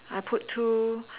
I put two